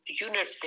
unit